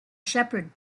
shepherd